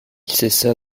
cessa